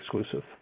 exclusive